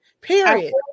Period